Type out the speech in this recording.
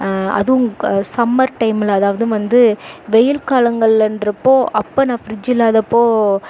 அதுவும் சம்மர் டைமில் அதாவது வந்து வெயில் காலங்கள்கிறப்போ அப்போ நான் ஃப்ரிட்ஜ் இல்லாதப்போது